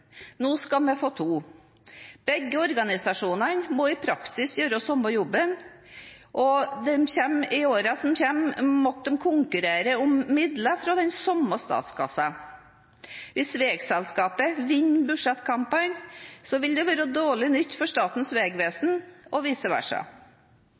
Nå skal vi få to. Begge organisasjonene må i praksis gjøre den samme jobben, og de må i årene som kommer, konkurrere om midler fra den samme statskassa. Hvis veiselskapet «vinner» budsjettkampene, vil det være dårlig nytt for Statens vegvesen – og vice versa.